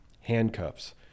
handcuffs